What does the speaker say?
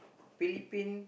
Philippine